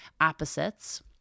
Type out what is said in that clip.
opposites